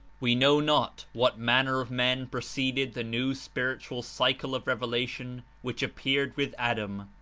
we know not what manner of men preceded the new spiritual cycle of revelation which appeared with adam,